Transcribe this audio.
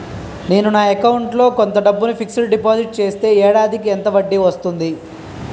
నేను నా అకౌంట్ లో కొంత డబ్బును ఫిక్సడ్ డెపోసిట్ చేస్తే ఏడాదికి ఎంత వడ్డీ వస్తుంది?